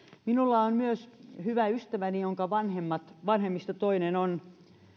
minulla on myös hyvä ystävä jonka vanhemmista toinen on